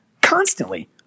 constantly